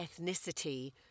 ethnicity